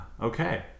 Okay